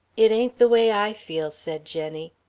it ain't the way i feel, said jenny.